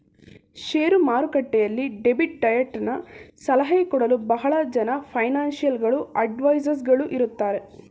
share ಮಾರುಕಟ್ಟೆಯಲ್ಲಿ debit ಡಯಟನ ಸಲಹೆ ಕೊಡಲು ಬಹಳ ಜನ ಫೈನಾನ್ಸಿಯಲ್ ಗಳು ಅಡ್ವೈಸರ್ಸ್ ಗಳು ಇರುತ್ತಾರೆ